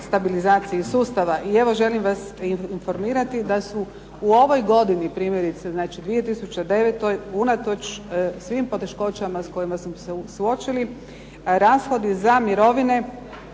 stabilizaciji sustava. I evo želim vas informirati da su u ovoj godini primjerice znači 2009. unatoč svim poteškoćama s kojima smo se suočili rashodi za mirovine